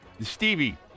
Stevie